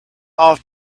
off